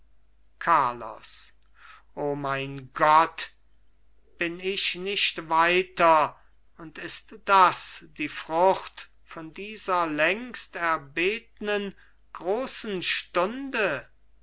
carlos o mein gott bin ich nicht weiter und ist das die frucht von dieser längst erbetnen großen stunde